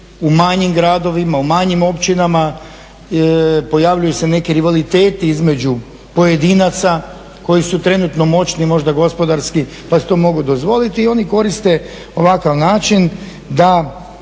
u manjim gradovima, u manjim općinama, pojavljuju se neki rivaliteti između pojedinaca koji su trenutno moćni i možda gospodarski, pa si to mogu dozvoliti. I oni koriste ovakav način da